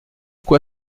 quoi